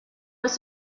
was